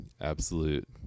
absolute